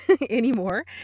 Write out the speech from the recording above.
anymore